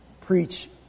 preach